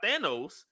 Thanos